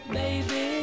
baby